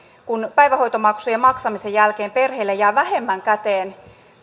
kun päivähoitomaksujen maksamisen jälkeen perheelle jää vähemmän käteen